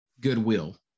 goodwill